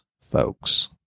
folks